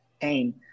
pain